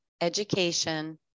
education